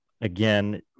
again